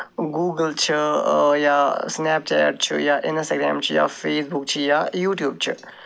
Google چھِ یا Snapchat چھُ یا اِنَسٹاگرٛیم چھِ یا فیس بُک چھِ یا یوٗٹیوٗب چھِ